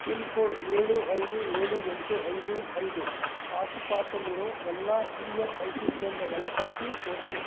pin code ಏಳು ಐದು ಏಳು ಎಂಟು ಐದು ಐದು ಆಸು ಪಾಸಲ್ಲಿರೋ ಎಲ್ಲ ಇ ಎಸ್ ಐ ಸಿ ಕೇಂದ್ರಗಳ ಪಟ್ಟಿ ತೋರಿಸು